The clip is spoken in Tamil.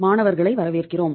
மாணவர்களை வரவேற்கிறோம்